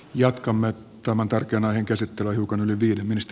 jatkamme tämän tärkeän aiheen käsittelyä hiukan yli viiden